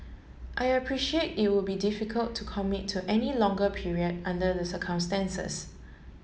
I appreciate it would be difficult to commit to any longer period under the circumstances